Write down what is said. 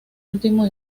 último